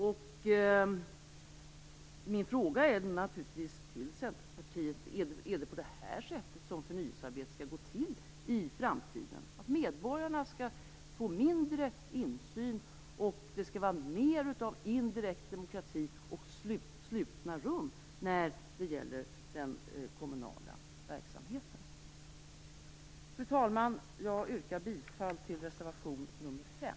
Min fråga till Centerpartiet är naturligtvis: Är det på detta sätt som förnyelsearbete skall gå till i framtiden, att medborgarna skall få mindre insyn och att det skall vara mer av indirekt demokrati och slutna rum när det gäller den kommunala verksamheten? Fru talman! Jag yrkar bifall till reservation 5.